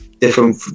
different